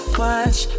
watch